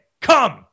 Come